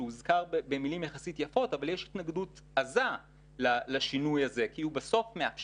שהוזכר במילים יחסית יפות אבל יש התנגדות עזה לשינוי הזה כי הוא מאפשר,